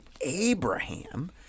Abraham